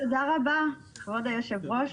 תודה רבה, כבוד היושב-ראש.